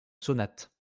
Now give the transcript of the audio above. sonate